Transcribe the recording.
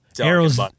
Arrows